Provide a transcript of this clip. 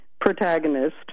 protagonist